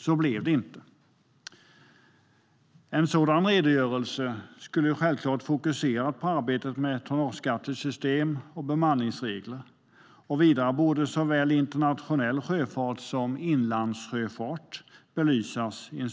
Så blev det inte. En sådan redogörelse skulle självklart fokusera på arbetet med ett tonnageskattesystem och bemanningsregler. Vidare borde såväl internationell sjöfart som inlandssjöfart belysas.